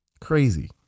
Crazy